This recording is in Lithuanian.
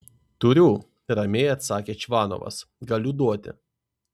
turiu ramiai atsakė čvanovas galiu duoti